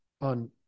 on